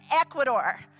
Ecuador